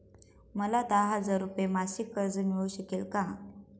मला दहा हजार रुपये मासिक कर्ज मिळू शकेल का?